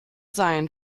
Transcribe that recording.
sein